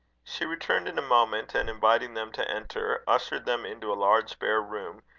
she returned in a moment, and, inviting them to enter, ushered them into a large bare room,